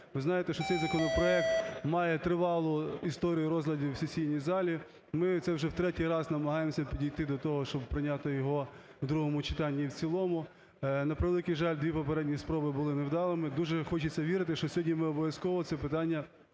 Ви знаєте, що цей законопроект має тривали історію розглядів в сесійній залі, ми це вже в третій раз намагаємося підійти до того, щоб прийняти його в другому читанні і в цілому, на превеликий жаль дві попередні спроби були невдалими, дуже хочеться вірити, що сьогодні ми обов’язково це питання